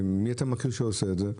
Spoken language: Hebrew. ומי אתה מכיר שעושה את זה?